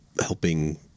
helping